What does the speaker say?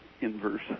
inverse